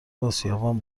آسیابان